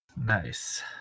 Nice